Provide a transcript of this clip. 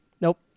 Nope